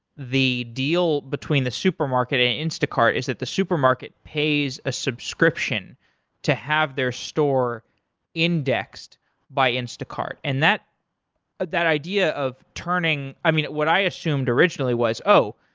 the deal between the supermarket and instacart is that the supermarket pays a subscription to have their store indexed by instacart, and that that idea of turning i mean, what i assumed originally was, oh!